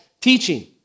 teaching